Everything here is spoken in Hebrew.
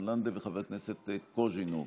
והגנת הסביבה נתקבלה.